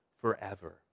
forever